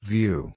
View